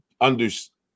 understand